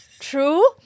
True